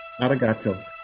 Arigato